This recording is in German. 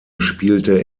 spielte